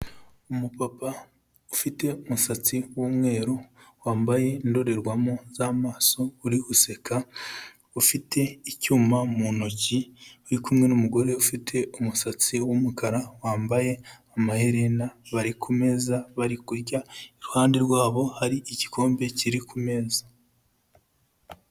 Umupapa ufite umusatsi w'umweru, wambaye indorerwamo z'amaso uri guseka, ufite icyuma mu ntoki, uri kumwe n'umugore ufite umusatsi w'umukara, wambaye amaherena, bari ku meza bari kurya, iruhande rwabo hari igikombe kiri ku meza.